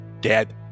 dead